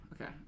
Okay